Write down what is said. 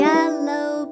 Yellow